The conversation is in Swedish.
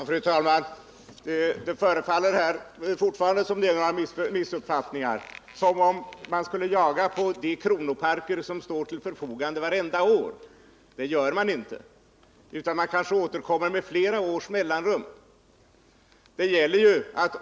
Fru talman! Det förefaller som om det fortfarande finns några missuppfattningar om att man vartenda år skulle jaga på de kronoparker som står till förfogande. Det gör man inte, utan man kanske återkommer med flera års mellanrum.